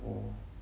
oh